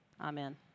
Amen